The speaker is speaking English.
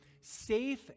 safe